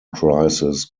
crisis